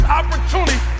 opportunity